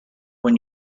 when